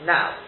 Now